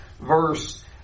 verse